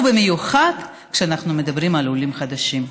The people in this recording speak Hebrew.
ובמיוחד כשאנחנו מדברים על עולים חדשים.